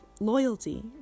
loyalty